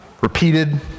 repeated